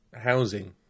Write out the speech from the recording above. housing